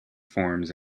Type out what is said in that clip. forms